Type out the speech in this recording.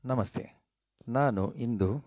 ನಮಸ್ತೆ ನಾನು ಇಂದು